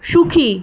সুখী